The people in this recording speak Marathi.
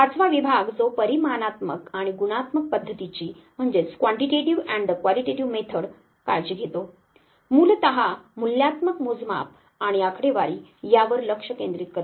पाचवा विभाग जो परिमाणात्मक आणि गुणात्मक पद्धतीची काळजी घेतो मूलतः मूल्यात्मक मोजमाप आणि आकडेवारी यावर लक्ष केंद्रित करते